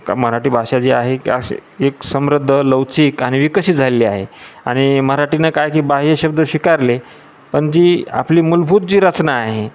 का मराठी भाषा जी आहे का एक समृद्ध लवचिक आणि विकसित झालेली आहे आणि मराठीनं काय की बाह्य शब्द स्वीकारले पण जी आपली मूलभूत जी रचना आहे